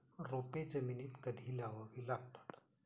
रोपे जमिनीत कधी लावावी लागतात?